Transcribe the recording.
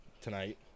tonight